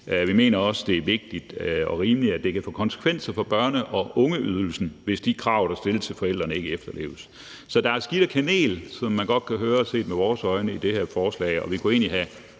Vi mener også, det er vigtigt og rimeligt, at det kan få konsekvenser for børne- og ungeydelsen, hvis de krav, der stilles til forældrene, ikke efterleves. Så der er set med vores øjne skidt og kanel i det her forslag, og vi kunne egentlig sagtens